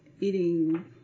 eating